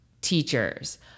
teachers